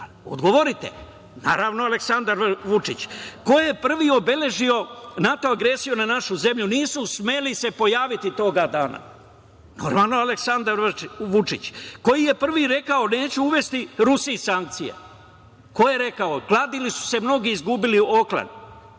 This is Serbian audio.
odgovorite. Naravno, Aleksandar Vučić. Ko je prvi obeležio NATO agresiju nad našom zemljom? Nisu smeli da se pojave tog dana. Normalno, Aleksandar Vučić. Ko je prvi rekao – neću uvesti Rusiji sankcije? Ko je rekao? Kladili su se mnogi i izgubili opkladu.